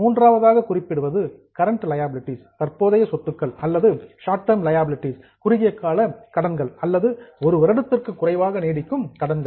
மூன்றாவதாக குறிப்பிடுவது current liabilities தற்போதைய கடன்கள் அல்லது சார்ட் டர்ம் லியாபிலிடீஸ் குறுகிய கால கடன்கள் அல்லது ஒரு வருடத்திற்கு குறைவாக நீடிக்கும் கடன்கள்